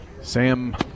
Sam